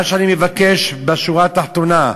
מה שאני מבקש בשורה התחתונה: